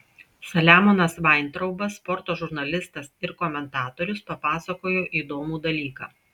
saliamonas vaintraubas sporto žurnalistas ir komentatorius papasakojo įdomų dalyką